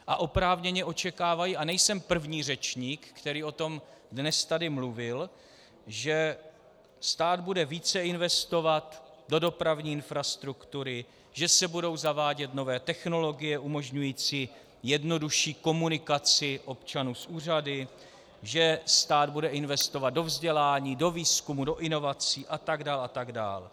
A oprávněně očekávají, a nejsem první řečník, který o tom dnes tady mluvil, že stát bude více investovat do dopravní infrastruktury, že se budou zavádět nové technologie umožňující jednodušší komunikaci občanů s úřady, že stát bude investovat do vzdělání, do výzkumu, do inovací atd. atd.